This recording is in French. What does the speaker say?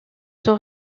sont